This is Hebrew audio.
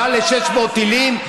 מעל ל-600 טילים,